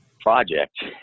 project